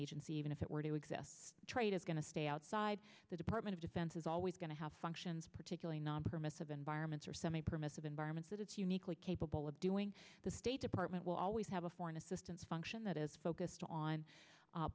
agency even if it were to exist trade is going to stay outside the department of defense is always going to have functions particularly non permissive environments or some a permissive environment that it's uniquely capable of doing the state department will always have a foreign assistance function that is focused on